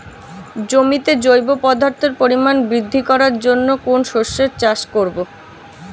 জমিতে জৈব পদার্থের পরিমাণ বৃদ্ধি করার জন্য কোন শস্যের চাষ করবো?